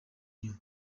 united